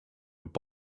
would